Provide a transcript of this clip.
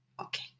okay